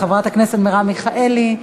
חברת הכנסת מרב מיכאלי,